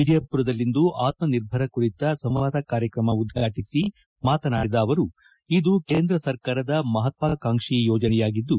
ವಿಜಯಪುರದಲ್ಲಿಂದು ಆತ್ಮಿರ್ಭರ ಕುರಿತ ಸಂವಾದ ಕಾರ್ಯಕ್ರಮ ಉದ್ಘಾಟಿಸಿ ಮಾತನಾಡಿದ ಅವರು ಇದು ಕೇಂದ್ರ ಸರ್ಕಾರದ ಮಹತ್ವಾಕಾಂಕ್ಷಿ ಯೋಜನೆಯಾಗಿದ್ದು